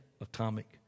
atomic